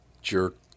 jerk